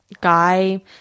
guy